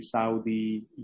Saudi